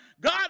God